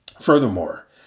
Furthermore